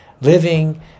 living